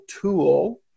tool